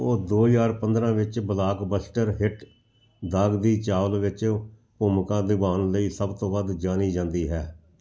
ਉਹ ਦੋ ਹਜ਼ਾਰ ਪੰਦਰਾਂ ਵਿੱਚ ਬਲਾਕਬਸਟਰ ਹਿੱਟ ਦਾਗਦੀ ਚਾਵਲ ਵਿੱਚ ਭੂਮਿਕਾ ਨਿਭਾਉਣ ਲਈ ਸਭ ਤੋਂ ਵੱਧ ਜਾਣੀ ਜਾਂਦੀ ਹੈ